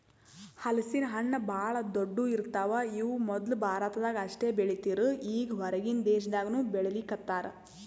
ಹಲಸಿನ ಹಣ್ಣ್ ಭಾಳ್ ದೊಡ್ಡು ಇರ್ತವ್ ಇವ್ ಮೊದ್ಲ ಭಾರತದಾಗ್ ಅಷ್ಟೇ ಬೆಳೀತಿರ್ ಈಗ್ ಹೊರಗಿನ್ ದೇಶದಾಗನೂ ಬೆಳೀಲಿಕತ್ತಾರ್